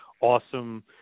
awesome